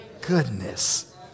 goodness